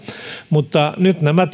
nyt nämä